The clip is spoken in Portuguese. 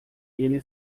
ele